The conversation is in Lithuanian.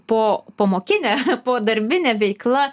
po pamokinė po darbinė veikla